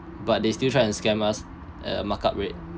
but they still try and scam us at mark up rate